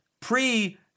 pre